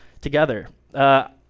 together